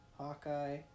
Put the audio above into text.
Hawkeye